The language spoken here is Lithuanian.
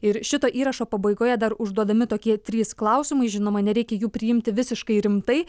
ir šito įrašo pabaigoje dar užduodami tokie trys klausimai žinoma nereikia jų priimti visiškai rimtai